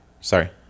Sorry